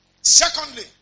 Secondly